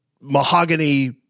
mahogany